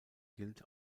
gilt